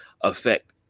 affect